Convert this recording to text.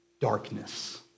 Darkness